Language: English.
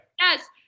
yes